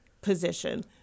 position